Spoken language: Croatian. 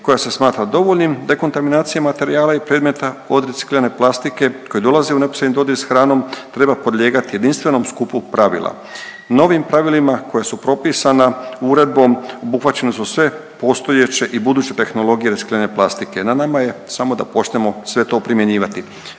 koja se smatra dovoljnim dekontaminacijama materijala i predmeta od reciklirane plastike koji dolazi u neposredni dodir s hranom, treba podlijegati jedinstvenom skupu pravila. Novim pravilima koja su propisana uredbom obuhvaćene su sve postojeće i buduće tehnologije recikliranja plastike. Na nama je samo da počnemo sve to primjenjivati.